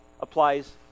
applies